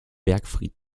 bergfried